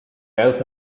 else